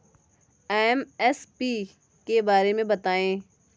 MSP के बारे में बतायें?